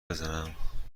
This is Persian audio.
بزنم